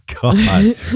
God